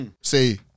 say